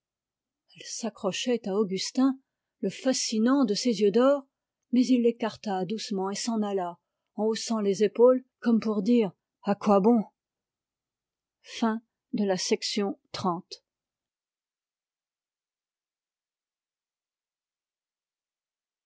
elle s'accrochait à augustin le fascinant de ses yeux d'or mais il l'écarta doucement et s'en alla en haussant les épaules comme pour dire à quoi bon